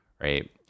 right